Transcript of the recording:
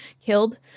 killed